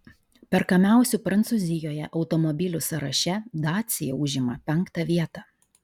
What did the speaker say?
perkamiausių prancūzijoje automobilių sąraše dacia užima penktą vietą